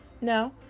no